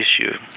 issue